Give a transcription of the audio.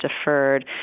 deferred